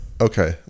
okay